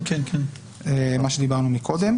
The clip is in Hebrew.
מה שדיברנו מקודם.